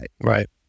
Right